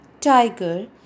tiger